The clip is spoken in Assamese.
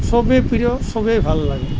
সবেই প্ৰিয় সবেই ভাল লাগে